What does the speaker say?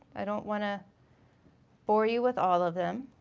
i don't wanna bore you with all of them.